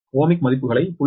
ohmic மதிப்புகளை 0